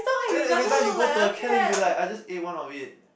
then every time you go to a camp then you will be like I just ate one of it